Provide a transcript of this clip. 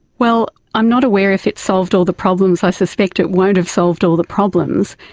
well, i'm not aware if it solved all the problems, i suspect it won't have solved all the problems,